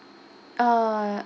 uh